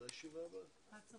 הישיבה ננעלה בשעה